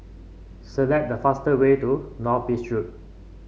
select the fastest way to North Bridge Road